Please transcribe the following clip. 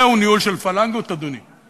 זהו ניהול של פלנגות, אדוני.